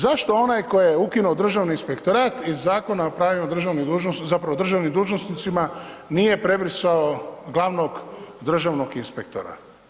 Zašto onaj tko je ukinuo Državni inspektorat iz Zakona o pravima državnim zapravo državnim dužnosnicima nije prebrisao glavnog državnog inspektora?